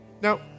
Now